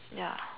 ya